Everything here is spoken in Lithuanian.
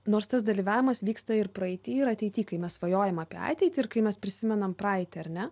nors tas dalyvavimas vyksta ir praeity ir ateity kai mes svajojam apie ateitį ir kai mes prisimenam praeitį ar ne